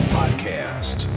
podcast